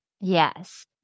Yes